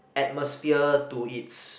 atmosphere to it's